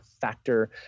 factor